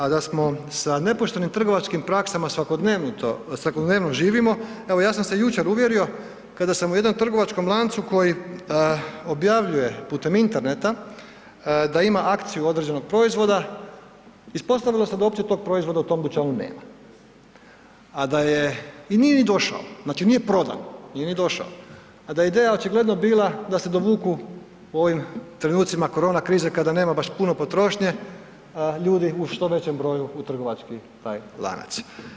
A da smo sa nepoštenim trgovačkim praksama svakodnevno živimo, evo ja sam se jučer uvjerio kada sam u jednom trgovačkom lancu koji objavljuje putem Interneta da ima akciju određenog proizvoda, ispostavilo se da tog proizvoda u tom dućanu nema i nije ni došao, znači nije prodan, nije ni došao, a da je očigledno bila da se dovuku u ovim trenucima korona krize kada nema baš puno potrošnje, ljudi u što većem broju u taj trgovački lanac.